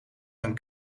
een